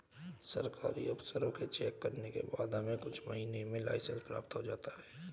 सरकारी अफसरों के चेक करने के बाद हमें कुछ महीनों में लाइसेंस प्राप्त हो जाएगा